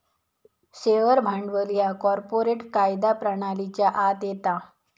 share भांडवल ह्या corporate कायदा प्रणालीच्या आत येता